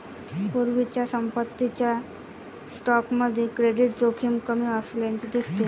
पूर्वीच्या पसंतीच्या स्टॉकमध्ये क्रेडिट जोखीम कमी असल्याचे दिसते